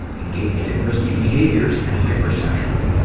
engaged in risky behaviors and hyper sexual.